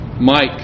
Mike